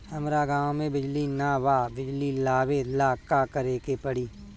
हमरा गॉव बिजली न बा बिजली लाबे ला का करे के पड़ी?